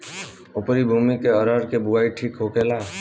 उपरी भूमी में अरहर के बुआई ठीक होखेला?